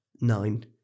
nine